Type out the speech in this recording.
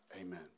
Amen